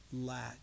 lack